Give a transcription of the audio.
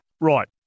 Right